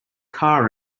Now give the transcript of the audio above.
car